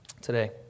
today